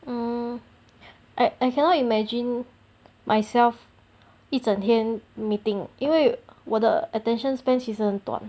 oh I I cannot imagine myself 一整天 meeting 因为我的 attention span 其实很短